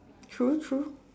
true true